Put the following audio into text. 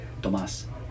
Tomás